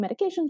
medications